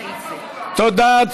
תודה.